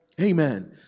Amen